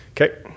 Okay